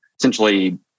essentially